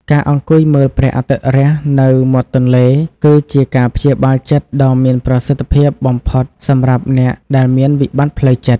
ការអង្គុយមើលព្រះអាទិត្យរះនៅមាត់ទន្លេ គឺជាការព្យាបាលចិត្តដ៏មានប្រសិទ្ធភាពបំផុតសម្រាប់អ្នកដែលមានវិបត្តិផ្លូវចិត្ត។